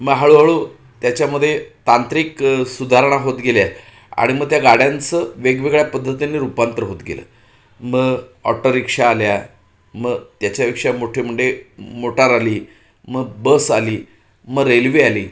मग हळूहळू त्याच्यामध्ये तांत्रिक सुधारणा होत गेल्या आणि मग त्या गाड्यांचं वेगवेगळ्या पद्धतीने रूपांतर होत गेलं मग ऑटोरिक्षा आल्या मग त्याच्यापेक्षा मोठे म्हणजे मोटार आली मग बस आली मग रेल्वे आली